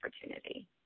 opportunity